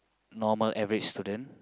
normal average student